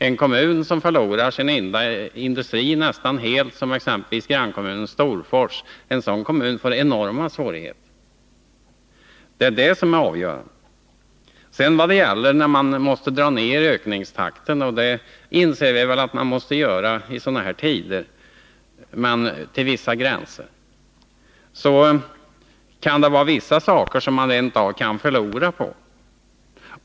En kommun som nästan helt förlorar sin enda industri, som exempelvis Storfors, får enorma svårigheter. Det är det som är avgörande. Jag inser väl att man måste dra ner ökningstakten i sådana här tider, men det får ha vissa gränser. Och det kan finnas saker som man rent av förlorar på.